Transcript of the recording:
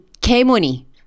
K-Money